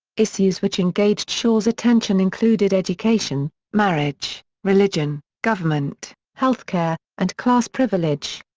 issues which engaged shaw's attention included education, marriage, religion, government, health care, and class privilege.